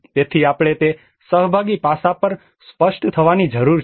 તેથી આપણે તે સહભાગી પાસા પર સ્પષ્ટ થવાની જરૂર છે